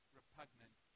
repugnant